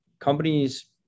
companies